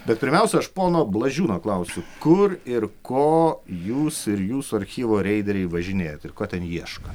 bet pirmiausia aš pono blažiūno klausiu kur ir ko jūs ir jūsų archyvo reideriai važinėjat ir ko ten ieško